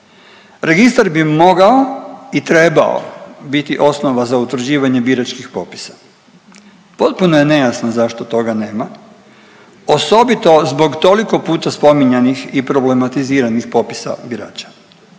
Registar bi mogao i trebao biti osnova za utvrđivanje biračkih popisa. Potpuno je nejasno zašto toga nema osobito zbog toliko puta spominjanih i problematiziranih popisa birača.